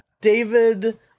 David